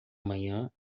manhã